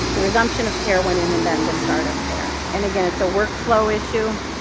the resumption of care went in, and then the start of care. and again it's a workflow issue.